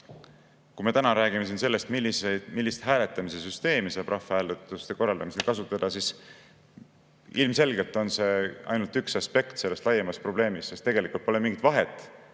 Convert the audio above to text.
Kui me räägime sellest, millist hääletamissüsteemi saab rahvahääletuste korraldamisel kasutada, siis ilmselgelt on see ainult üks aspekt laiemast probleemist, sest tegelikult pole mingit vahet,